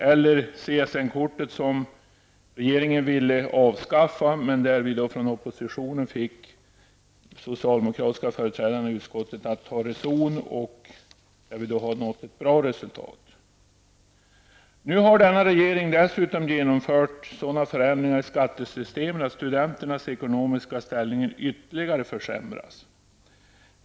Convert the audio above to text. Ett annat exempel är CSN-kortet som regeringen ville avskaffa, men där oppositionen fick de socialdemokratiska företrädarna i utskottet att ta reson. Nu har regeringen dessutom genomfört sådana förändringar i skattesystemet att studenternas ekonomiska ställning ytterligare försämras.